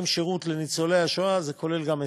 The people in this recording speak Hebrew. שירות לניצולי השואה זה כולל גם היסעים.